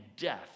death